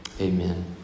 amen